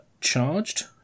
charged